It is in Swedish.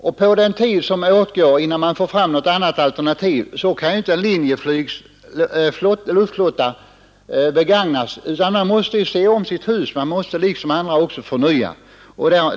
Under den tid som det tar innan man får något annat alternativ kan Linjeflyg inte fortsätta att använda sin luftflotta utan man måste där se om sitt hus och liksom andra företag förnya sitt bestånd.